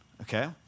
okay